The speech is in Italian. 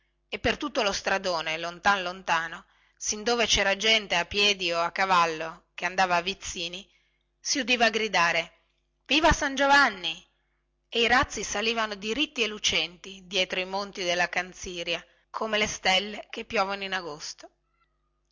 e per tutto lo stradone lontan lontano sin dove cera gente a piedi o a cavallo che andava a vizzini si udiva gridare viva san giovanni e i razzi salivano diritti e lucenti dietro i monti della canziria come le stelle che piovono in agosto